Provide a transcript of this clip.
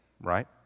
right